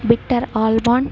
bitter almond